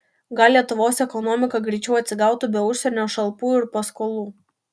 gal lietuvos ekonomika greičiau atsigautų be užsienio šalpų ir paskolų